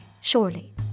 Surely